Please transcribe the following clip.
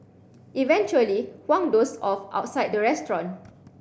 eventually Huang dozed off outside the restaurant